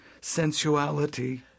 sensuality